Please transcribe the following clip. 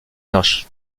monarchie